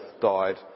died